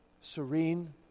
Serene